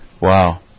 Wow